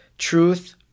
Truth